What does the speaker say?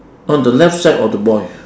on the left side of the boy